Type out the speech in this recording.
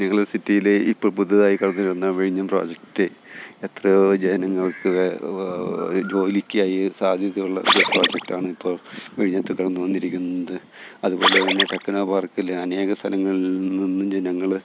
ഞങ്ങളുടെ സിറ്റിയിലെ ഇപ്പോള് പുതുതായി കടന്നുവരുന്ന വിഴിഞ്ഞം പ്രൊജക്റ്റ് എത്രയോ ജനങ്ങൾക്ക് ജോലിക്കായി സാധ്യതയുള്ള ഒരു പ്രൊജക്റ്റാണ് ഇപ്പോള് വിഴിഞ്ഞത്ത് കടന്നുവന്നിരിക്കുന്നത് അതുപോലെ തന്നെ ടെക്നോപാർക്കിലെ അനേക സ്ഥലങ്ങളിൽ നിന്നും ജനങ്ങള്